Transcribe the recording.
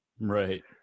Right